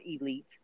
elite